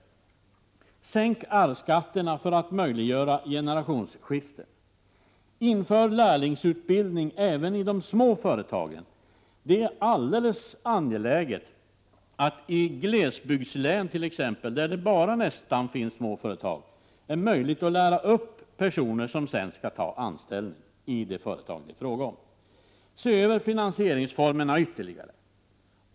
Sänk arvsskatterna för att möjliggöra generationsskiften! Inför lärlingsutbildning även i de små företagen! Det är synnerligen angeläget att det i t.ex. glesbygdslän, där det finns nästan enbart små företag, blir möjligt att lära upp personer som sedan skall ta anställning i de företag som det är fråga om. Se över finansieringsformerna ytterligare!